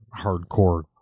Hardcore